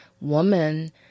woman